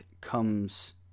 comes